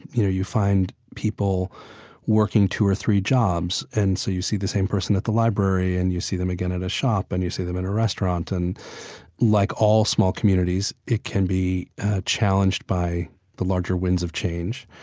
you know, you find people working two or three jobs. and so you see the same person at the library. and you see them again at a shop, and you see them in a restaurant. and like all small communities, it can be challenged by the larger winds of change.